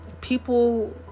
people